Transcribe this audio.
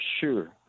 sure